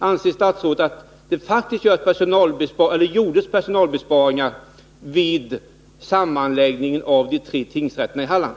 Anser statsrådet att det faktiskt gjordes personalbesparingar vid sammanläggningen av de tre tingsrätterna i Halland?